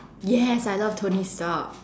yes I love tony-stark